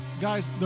Guys